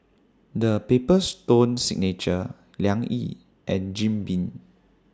The Paper Stone Signature Liang Yi and Jim Beam